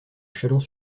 châlons